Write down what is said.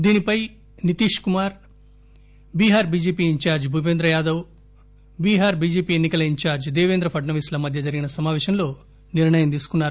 దీనిపై Nitish Kumar Bihar BJP incharge Bhupendra Yadav Bihar BJP ఎన్ని కల ఇన్ఛార్ల్ దేపేంద్ర ఫడ్నవీస్ మధ్య జరిగిన సమాపేశంలో నిర్ణయం తీసుకున్నారు